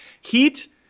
Heat